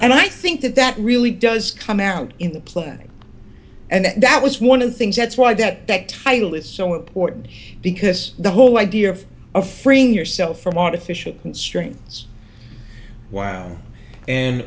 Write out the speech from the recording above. and i think that that really does come out in the planning and that was one of the things that's why that that title is so important because the whole idea of of freeing yourself from artificial constraints w